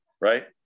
Right